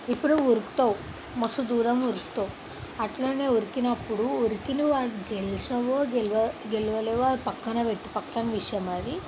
ఇప్పుడు ఉరుకుతావు మస్తు దూరం ఊరుకుతావు అట్లనే ఉరికినప్పుడు ఉరికినావు అని గెలిచినావో గెలవ గెలవలేవో అది పక్కన పెట్టు పక్కన విషయం అది